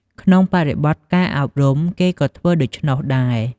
ក្នុងបរិបទការអប់រំ គេក៏ធ្វើដូច្នោះដែរ។